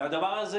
הדבר הזה,